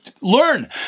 learn